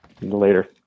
Later